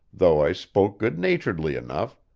though i spoke good-naturedly enough.